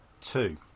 Two